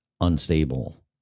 unstable